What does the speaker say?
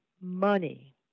money